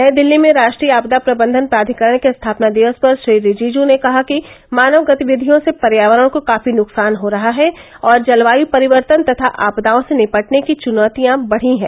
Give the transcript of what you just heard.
नई दिल्ली में राष्ट्रीय आपदा प्रबंधन प्राधिकरण के स्थापना दिवस पर श्री रिजिजू ने कहा कि मानव गतिविधियों से पर्यावरण को काफी नुकसान हो रहा है और जलवाय परिवर्तन तथा आपदाओं से निपटने की चुनौतियां बढ़ी हैं